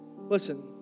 Listen